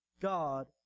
God